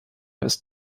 ist